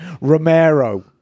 Romero